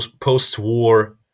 post-war